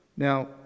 Now